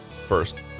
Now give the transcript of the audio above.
First